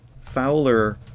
Fowler